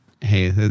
hey